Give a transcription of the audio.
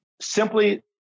Simply